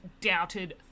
doubted